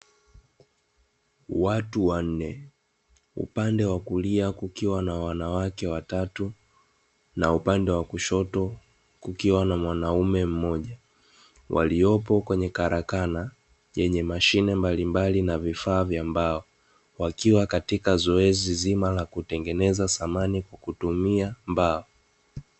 Watu wa nne; upande wa kulia kukiwa na wanawake watatu, na upande wa kushoto kukiwa na mwanaume mmoja. Waliopo kwenye karakana yenye mashine mbalimbali na vifaa vya mbao, wakiwa katika zoezi zima la kutengeneza samani kwa kutumia mbao.